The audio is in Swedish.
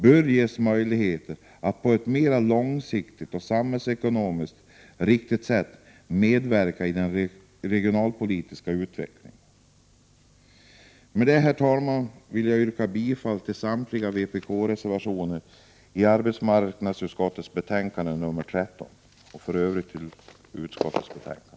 bör få möjligheter att mera långsiktigt och på ett samhällsekonomiskt riktigt sätt medverka i den regionalpolitiska utvecklingen. Med detta, herr talman, yrkar jag bifall till samtliga vpk-reservationer som är fogade till arbetsmarknadsutskottets betänkande 13 samt i övrigt till utskottets hemställan.